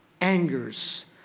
angers